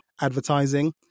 advertising